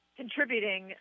contributing